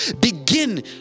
Begin